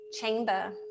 chamber